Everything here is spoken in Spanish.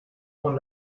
con